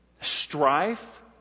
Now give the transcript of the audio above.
strife